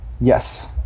Yes